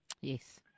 Yes